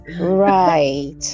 right